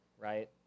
Right